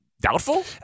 doubtful